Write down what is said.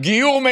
אולי